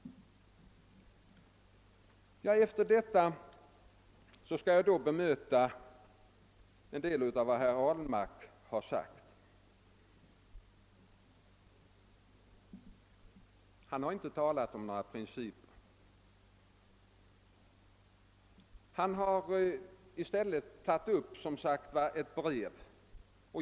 Efter detta skall jag bemöta en del av vad herr Ahlmark har anfört. Han har inte talat om några principer, han har i stället tagit upp vad som skrivits i ett brev.